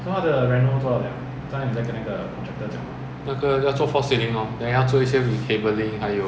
then you realize that the wall is shorter there is a limited sofa you can put you can only put like two seater